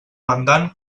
mandant